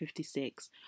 56